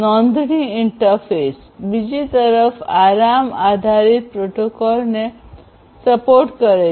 નોંધણી ઇન્ટરફેસ બીજી તરફ આરામ આધારિત પ્રોટોકોલને સપોર્ટ કરે છે